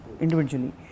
individually